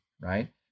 right